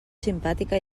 simpàtica